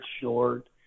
short